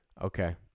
Okay